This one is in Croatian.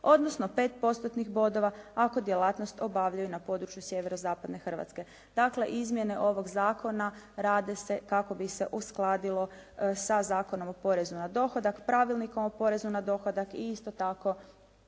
5 postotnih bodova ako djelatnost obavljaju na području sjeverozapadne Hrvatske. Dakle, izmjene ovog zakona rade se kako bi se uskladilo sa Zakonom o porezu na dohodak, Pravilnikom o porezu na dohodak i isto tako